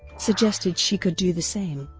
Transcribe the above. suggested she could do the same.